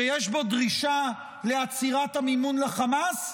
שיש בו דרישה לעצירת המימון לחמאס?